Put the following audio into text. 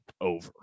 over